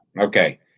okay